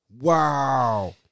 Wow